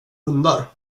hundar